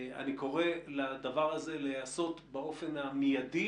אני קורא לדבר הזה להיעשות באופן המידי,